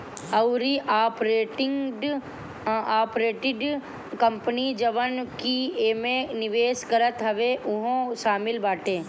अउरी operating company जवन की एमे निवेश करत हवे उहो शामिल बाटे